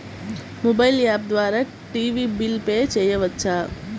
Mobile app ద్వారా TV bill pay చేయవచ్చా?